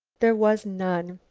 there was none.